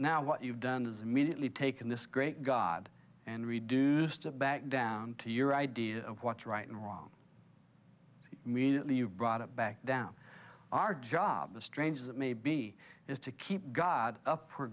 now what you've done is immediately taken this great god and reduced it back down to your idea of what's right and wrong immediately you brought it back down our job as strange as it may be is to keep god up for